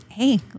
hey